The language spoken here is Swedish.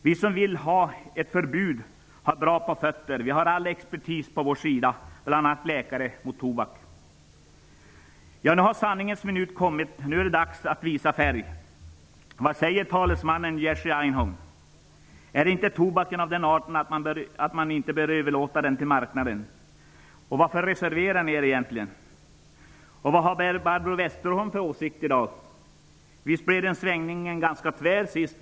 Vi som vill ha ett förbud har bra på fötter. Vi har all expertis på vår sida, bl.a. Läkare mot tobak. Nu har sanningens minut kommit, nu är det dags att visa färg. Vad säger talesmannen Jerzy Einhorn? Är inte tobaken av den arten att man inte bör överlåta den åt marknaden? Varför reserverar ni er egentligen? Vad har Barbro Westerholm för åsikt i dag? Visst blev er svängning ganska tvär sist?